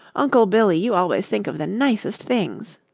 uncle billy, you always think of the nicest things.